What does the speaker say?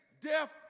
death